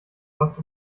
läuft